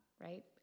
right